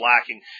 lacking